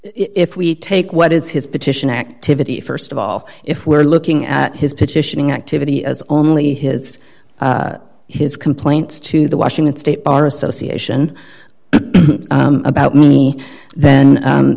if we take what is his petition activity st of all if we're looking at his petition in activity as only his his complaints to the washington state bar association about me then